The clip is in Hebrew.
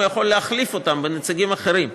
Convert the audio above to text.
הוא יכול להחליף אותם בנציגים אחרים,